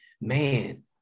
Man